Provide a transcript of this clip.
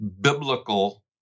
biblical